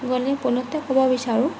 গ'লে পোনতে ক'ব বিচাৰোঁ